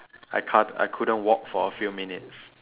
I can't I couldn't walk for a few minutes